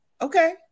Okay